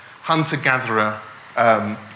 hunter-gatherer